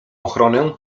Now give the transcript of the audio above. ochronę